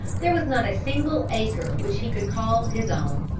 there was not a single acre which he could call his own.